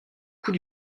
coût